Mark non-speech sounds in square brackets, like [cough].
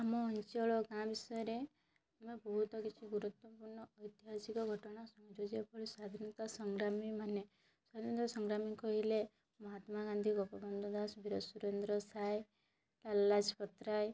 ଆମ ଅଞ୍ଚଳ ଗାଁ ବିଷୟରେ ଆମେ ବହୁତ କିଛି ଗୁରୁତ୍ୱପୂର୍ଣ୍ଣ ଐତିହାସିକ ଘଟଣା [unintelligible] ସ୍ୱାଧୀନତା ସଂଗ୍ରାମୀ ମାନେ ସ୍ୱାଧୀନତା ସଂଗ୍ରାମୀ କହିଲେ ମହାତ୍ମା ଗାନ୍ଧୀ ଗୋପବନ୍ଧୁ ଦାସ ବୀର ସୁରେନ୍ଦ୍ର ସାଏ ଲାଲ୍ ଲଜପତ ରାଏ